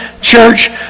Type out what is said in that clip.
church